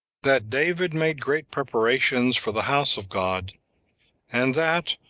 that david made great preparations for the house of god and that,